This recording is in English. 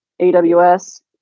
aws